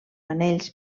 anells